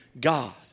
God